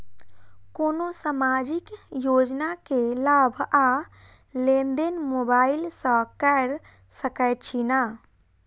कोनो सामाजिक योजना केँ लाभ आ लेनदेन मोबाइल सँ कैर सकै छिःना?